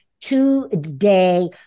today